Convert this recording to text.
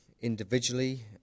individually